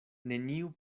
neniu